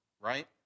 right